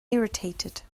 irritated